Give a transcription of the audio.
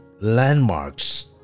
landmarks